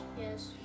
Yes